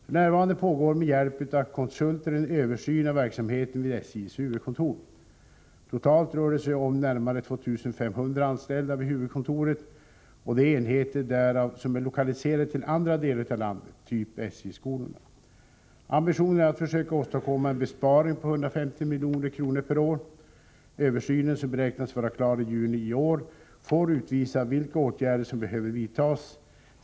F.n. pågår med hjälp av konsulter en översyn av verksamheten vid SJ:s huvudkontor. Totalt rör det sig om närmare 2 500 anställda vid huvudkontoret och de enheter därav som är lokaliserade till andra delar av landet, typ SJ-skolorna. Ambitionen är att försöka åstadkomma en besparing på 150 milj.kr. per år. Översynen som beräknas vara klar i juni i år, får utvisa vilka åtgärder som behöver vidtas.